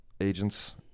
agents